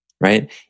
Right